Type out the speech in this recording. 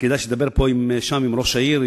כדאי שתדבר שם עם ראש העיר,